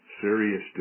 serious